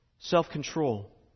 Self-control